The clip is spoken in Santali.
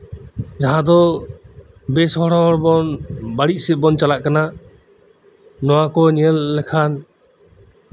ᱡᱟᱸᱦᱟᱫᱚ ᱵᱮᱥ ᱦᱚᱲ ᱦᱚᱸ ᱵᱟᱹᱲᱤᱡ ᱥᱮᱫ ᱵᱚᱱ ᱪᱟᱞᱟᱜ ᱠᱟᱱᱟ ᱱᱚᱣᱟ ᱠᱚ ᱧᱮᱞ ᱞᱮᱠᱷᱟᱱ